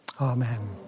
Amen